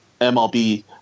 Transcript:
MLB